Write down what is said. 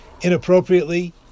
inappropriately